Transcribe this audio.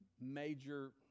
major